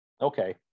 Okay